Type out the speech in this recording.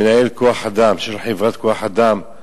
מנהל חברת כוח-אדם, הוא